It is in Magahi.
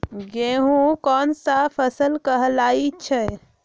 गेहूँ कोन सा फसल कहलाई छई?